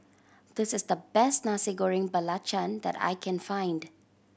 this is the best Nasi Goreng Belacan that I can find